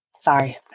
Sorry